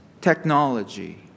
Technology